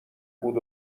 بود